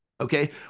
Okay